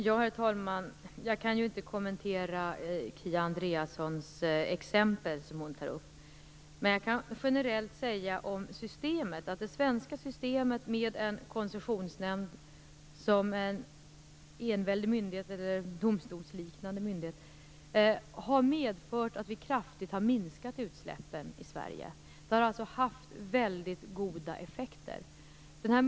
Herr talman! Jag kan inte kommentera det exempel som Kia Andreasson tar upp. Däremot kan jag säga generellt att det svenska systemet, med en koncessionsnämnd som en domstolsliknande myndighet, har medfört att vi kraftigt har minskat utsläppen i Sverige. Det har alltså haft mycket goda effekter.